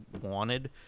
wanted